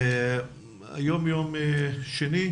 היום יום שני,